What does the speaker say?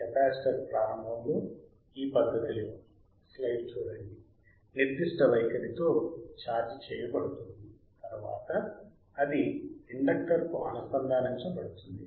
capacitor ప్రారంభంలో ఈ పద్ధతిలో స్లైడ్ చూడండి నిర్దిష్ట వైఖరితో ఛార్జ్ చేయబడుతుంది తరువాత అది ఇండక్టర్కు అనుసంధానించబడుతుంది